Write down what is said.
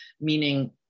meaning